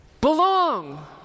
Belong